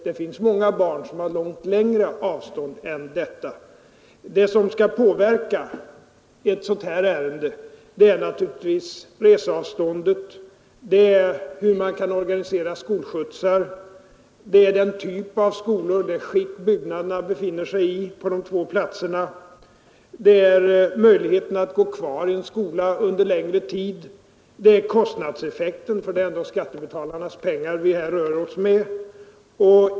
Det finns många barn som har längre avstånd än detta. Det som skall inverka i ett sådant här ärende är naturligtvis reseavståndet, hur man kan organisera skolskjutsar, typerna av skolor och det skick skolbyggnaderna befinner sig i på de två platserna, möjligheterna att gå kvar i en skola under längre tid och kostnadseffekten — det är ändå skattebetalarnas pengar vi här rör oss med.